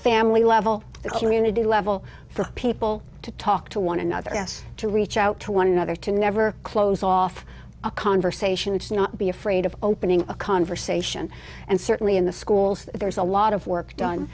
family level the community level for people to talk to one another yes to reach out to one another to never close off a conversation it's not be afraid of opening a conversation and certainly in the schools there's a lot of work done